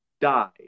died